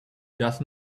does